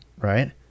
right